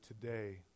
today